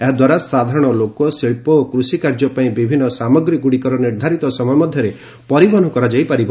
ଏହାଦ୍ୱାରା ସାଧାରଣ ଲୋକ ଶିଳ୍ପ ଓ କୃଷି କାର୍ଯ୍ୟ ପାଇଁ ବିଭିନ୍ନ ସାମଗ୍ରୀଗୁଡ଼ିକର ନିର୍ଦ୍ଧାରିତ ସମୟ ମଧ୍ୟରେ ପରିବହନ କରାଯାଇ ପାରିବ